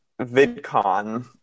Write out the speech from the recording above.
vidcon